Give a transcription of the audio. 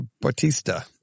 Bautista